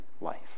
life